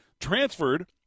transferred